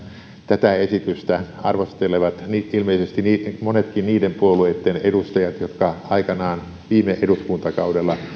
tätä esitystä arvostelevat ilmeisesti monetkin niiden puolueitten edustajat jotka aikanaan viime eduskuntakaudella